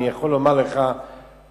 אני יכול לומר, לפחות